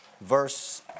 verse